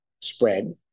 spread